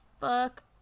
fuck